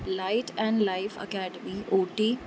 light and life academy Ooty